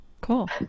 Cool